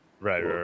right